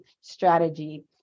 strategy